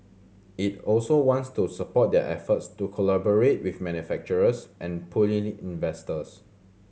it also wants to support their efforts to collaborate with manufacturers and pulling in investors